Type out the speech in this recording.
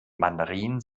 mandarin